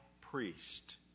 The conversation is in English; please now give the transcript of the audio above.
priest